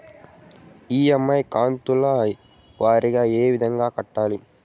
EMI కంతుల వారీగా ఏ విధంగా కట్టాలి